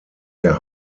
der